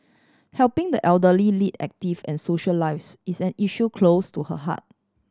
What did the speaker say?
helping the elderly lead active and social lives is an issue close to her heart